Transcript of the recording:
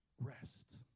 rest